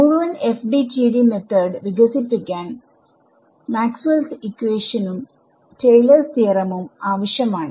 മുഴുവൻ FDTD method വികസിപ്പിക്കാൻ Maxwell's ഇക്വേഷനും maxwells equation ടയിലേർസ് തിയറമും Taylors theorem ആവശ്യമാണ്